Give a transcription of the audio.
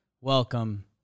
Welcome